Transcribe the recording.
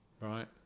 Right